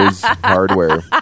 hardware